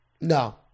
No